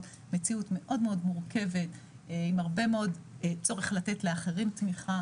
מציאות מאוד מורכבת עם הרבה מאוד צורך לתת לאחרים תמיכה.